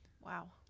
Wow